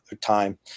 time